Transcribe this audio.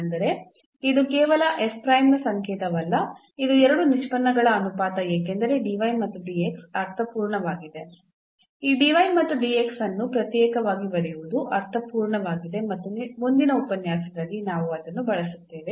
ಅಂದರೆ ಇದು ಕೇವಲ ನ ಸಂಕೇತವಲ್ಲ ಇದು 2 ನಿಷ್ಪನ್ನಗಳ ಅನುಪಾತ ಏಕೆಂದರೆ ಮತ್ತು ಅರ್ಥಪೂರ್ಣವಾಗಿದೆ ಈ ಮತ್ತು ಅನ್ನು ಪ್ರತ್ಯೇಕವಾಗಿ ಬರೆಯುವುದು ಅರ್ಥಪೂರ್ಣವಾಗಿದೆ ಮತ್ತು ಮುಂದಿನ ಉಪನ್ಯಾಸದಲ್ಲಿ ನಾವು ಅದನ್ನು ಬಳಸುತ್ತೇವೆ